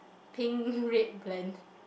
pink red blend